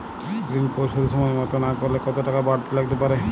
ঋন পরিশোধ সময় মতো না করলে কতো টাকা বারতি লাগতে পারে?